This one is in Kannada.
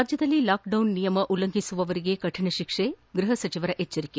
ರಾಜ್ಜದಲ್ಲಿ ಲಾಕ್ಡೌನ್ ನಿಯಮ ಉಲ್ಲಂಘಿಸುವವರಿಗೆ ಕಠಿಣ ಶಿಕ್ಷೆ ಗೃಹ ಸಚಿವರ ಎಚ್ಚರಿಕೆ